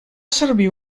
servir